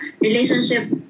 Relationship